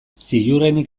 ziurrenik